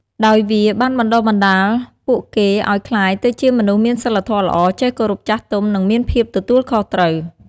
ដោយវាបានបណ្ដុះបណ្ដាលពួកគេឲ្យក្លាយទៅជាមនុស្សមានសីលធម៌ល្អ ចេះគោរពចាស់ទុំ និងមានភាពទទួលខុសត្រូវ។